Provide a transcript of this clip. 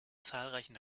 zahlreichen